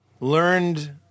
learned